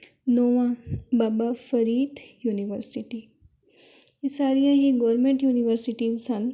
ਨੌਵਾਂ Baba Farid University ਇਹ ਸਾਰੀਆਂ ਹੀ ਗੌਰਮੈਂਟ ਯੂਨੀਵਰਸਿਟੀਜ਼ ਹਨ